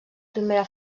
primera